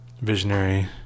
visionary